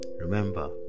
Remember